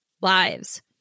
lives